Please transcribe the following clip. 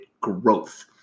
growth